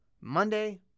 Monday